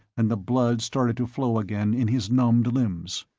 and the blood started to flow again in his numbed limbs.